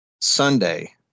Sunday